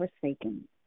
forsaken